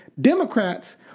Democrats